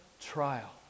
trial